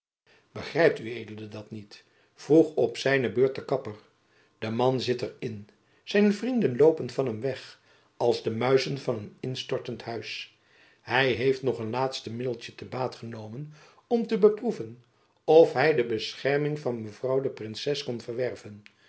begrijpt ued dat niet vroeg op zijne beurt de kapper de man zit er in zijn vrienden loopen van hem weg als de muizen van een instortend huis hy heeft nog een laatste middeltjen te baat genomen om te beproeven of hy de bescherming van mevrouw de princes kon verwerven